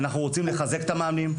אנחנו רוצים לחזק את המענים,